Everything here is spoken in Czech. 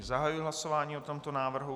Zahajuji hlasování o tomto návrhu.